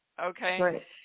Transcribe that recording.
okay